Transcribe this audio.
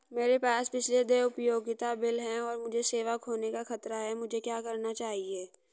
मेरे पास पिछले देय उपयोगिता बिल हैं और मुझे सेवा खोने का खतरा है मुझे क्या करना चाहिए?